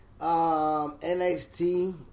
NXT